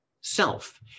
self